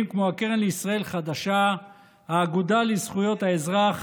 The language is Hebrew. נוספים כמו הקרן לישראל חדשה והאגודה לזכויות האזרח.